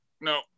No